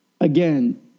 again